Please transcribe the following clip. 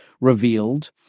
revealed